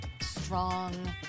strong